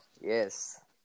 Yes